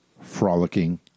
frolicking